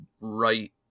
right